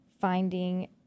finding